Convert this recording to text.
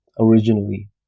originally